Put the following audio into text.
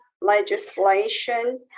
legislation